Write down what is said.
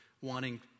wanting